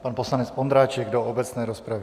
Pan poslanec Ondráček do obecné rozpravy.